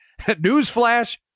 newsflash